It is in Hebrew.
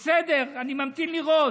בסדר, אני ממתין לראות.